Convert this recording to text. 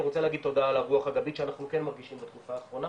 אני רוצה להגיד תודה על הרוח הגבית שאנחנו כן מרגישים בתקופה אחרונה,